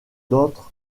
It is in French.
d’autres